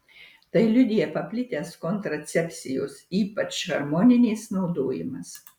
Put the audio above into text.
tai liudija paplitęs kontracepcijos ypač hormoninės naudojimas